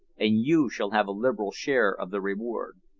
and you shall have a liberal share of the reward.